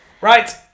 right